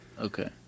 Okay